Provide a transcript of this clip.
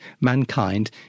mankind